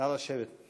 לברכה.) נא לשבת.